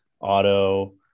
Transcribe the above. auto